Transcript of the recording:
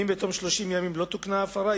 ואם בתום 30 ימים לא תוקנה ההפרה,